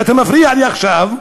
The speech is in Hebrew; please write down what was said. שאתה מפריע לי עכשיו,